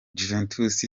juventus